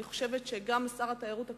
אני חושבת שגם שר התיירות הקרוב,